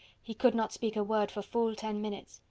he could not speak a word for full ten minutes.